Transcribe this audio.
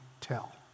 tell